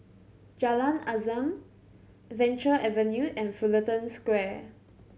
Jalan Azam Venture Avenue and Fullerton Square